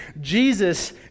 Jesus